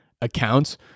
accounts